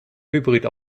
hybrid